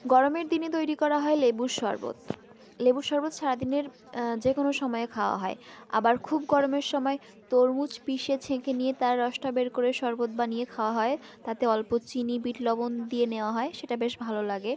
গরমের দিনে তৈরি করা হয় লেবুর শরবত লেবুর শরবত সারাদিনের যে কোনো সময় খাওয়া হয় আবার খুব গরমের সময় তরমুজ পিষে ছেঁকে নিয়ে তার রসটা বের করে শরবত বানিয়ে খাওয়া হয় তাতে অল্প চিনি বিট লবণ দিয়ে নেওয়া হয় সেটা বেশ ভালো লাগে